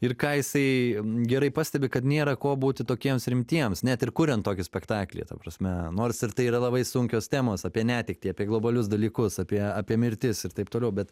ir ką jisai gerai pastebi kad nėra ko būti tokiems rimtiems net ir kuriant tokį spektaklį ta prasme nors ir tai yra labai sunkios temos apie netektį apie globalius dalykus apie apie mirtis ir taip toliau bet